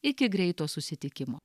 iki greito susitikimo